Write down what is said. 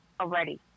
already